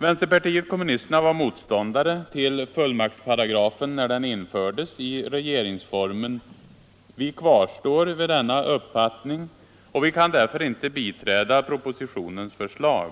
Vänsterpartiet kommunisterna var motståndare till fullmaktsparagrafen, när den infördes i regeringsformen. Vi kvarstår vid denna uppfattning och vi kan därför inte biträda propositionens förslag.